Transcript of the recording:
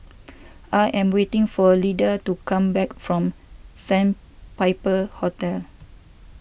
I am waiting for Lida to come back from Sandpiper Hotel